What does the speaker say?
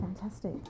fantastic